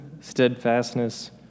steadfastness